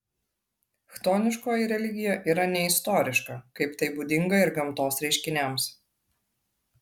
chtoniškoji religija yra neistoriška kaip tai būdinga ir gamtos reiškiniams